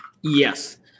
Yes